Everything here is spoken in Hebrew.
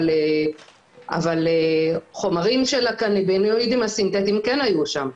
אבל חומרים של הקנבינואידים הסינתטיים כן היו שם,